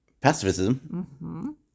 Pacifism